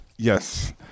Yes